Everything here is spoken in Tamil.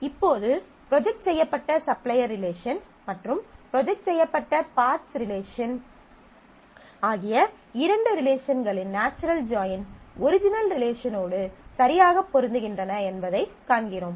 இப்போது ப்ரொஜெக்ட் செய்யப்பட்ட சப்ளையர் ரிலேஷன் மற்றும் ப்ரொஜெக்ட் செய்யப்பட்ட பார்ட்ஸ் ரிலேஷன் ஆகிய இரண்டு ரிலேஷன்களின் நாச்சுரல் ஜாயின் ஒரிஜினல் ரிலேஷனோடு சரியாக பொருந்துகின்றன என்பதைக் காண்கிறோம்